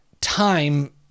time